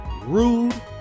rude